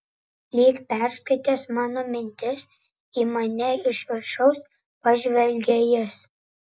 lyg perskaitęs mano mintis į mane iš viršaus pažvelgė jis